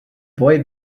boy